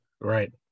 Right